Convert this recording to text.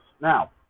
Now